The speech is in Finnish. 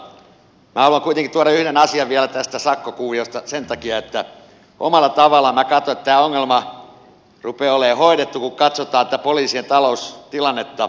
minä haluan kuitenkin tuoda yhden asian vielä tästä sakkokuviosta sen takia että minä katson että omalla tavallaan tämä ongelma rupeaa olemaan hoidettu kun katsotaan tätä poliisien taloustilannetta